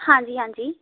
ਹਾਂਜੀ ਹਾਂਜੀ